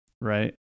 right